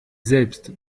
selbst